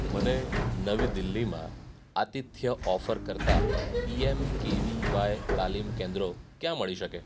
મને નવી દિલ્હીમાં આતિથ્ય ઓફર કરતા P M K V Y તાલીમ કેન્દ્રો ક્યાં મળી શકે